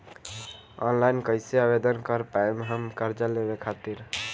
Online कइसे आवेदन कर पाएम हम कर्जा लेवे खातिर?